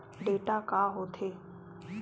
Data का होथे?